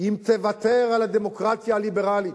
אם תוותר על הדמוקרטיה הליברלית.